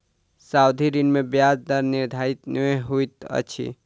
सावधि ऋण में ब्याज दर निर्धारित नै होइत अछि